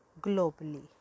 globally